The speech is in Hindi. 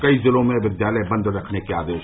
कई जिलों में विद्यालय बंद रखने के आदेश